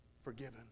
forgiven